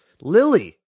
lily